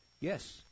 Yes